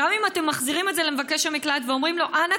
גם אם אתם מחזירים את זה למבקש המקלט ואומרים לו: אנא,